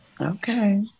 Okay